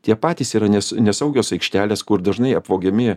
tie patys yra nes nesaugios aikštelės kur dažnai apvogiami